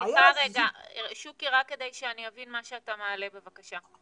רק כדי שאני אבין מה שאתה מעלה, בבקשה,